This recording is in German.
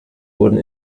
wurden